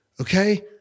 okay